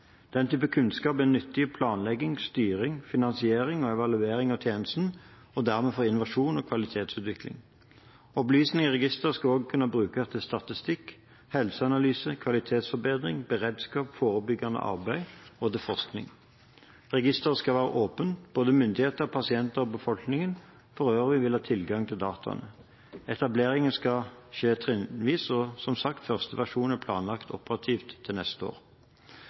Den type kunnskap er nyttig i planlegging, styring, finansiering og evaluering av tjenestene – og dermed for innovasjon og kvalitetsutvikling. Opplysningene i registeret skal også kunne brukes til statistikk, helseanalyser, kvalitetsforbedring, beredskap, forebyggende arbeid og til forskning. Registeret skal være åpent. Både myndigheter, pasienter og befolkningen for øvrig vil ha tilgang til dataene. Etableringen skal skje trinnvis, og, som sagt, første versjon er planlagt operativt til neste år.